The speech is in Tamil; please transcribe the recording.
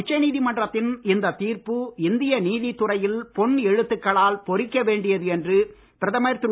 உச்சநீதிமன்றத்தின் இந்த தீர்ப்பு இந்திய நீதி துறையில் பொன் எழுத்துக்களால் பொறிக்க வேண்டியது என்று பிரதமர் திரு